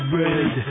red